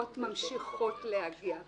התחלנו להיכנס לעניין.